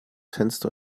fenster